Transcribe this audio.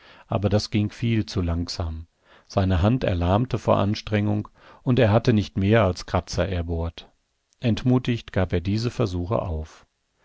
aber das ging viel zu langsam seine hand erlahmte vor anstrengung und er hatte nicht mehr als kratzer erbohrt entmutigt gab er diese versuche auf